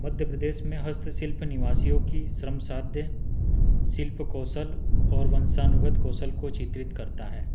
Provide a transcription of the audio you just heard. मध्य प्रदेश में हस्तशिल्प निवासियों की श्रम साध्य शिल्प कौशल और वंशानुगत कौशल को चित्रित करता है